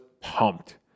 pumped